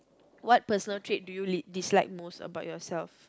what personal trait do you l~ dislike most about yourself